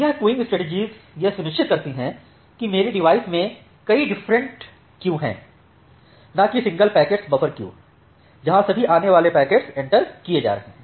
यह queuing strategy यह सुनिश्चित करती हैं कि मेरे डिवाइस में कई डिफरेंटक्यू हैं न कि सिंगल पैकेट्स बफर क्यू है जहां सभी आने वाले पैकेट्स इंटर किए जा रहे हैं